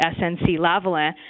SNC-Lavalin